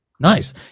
Nice